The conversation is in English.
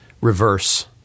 reverse